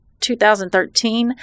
2013